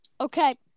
Okay